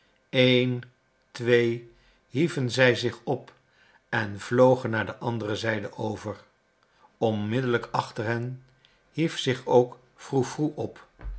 dezelve een twee hieven zij zich op en vlogen naar de andere zijde over onmiddellijk achter hen hief zich ook froe froe op